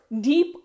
deep